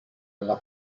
alla